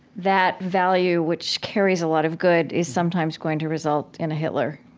that value which carries a lot of good is sometimes going to result in a hitler?